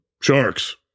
sharks